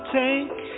take